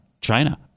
China